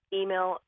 email